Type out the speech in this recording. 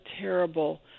terrible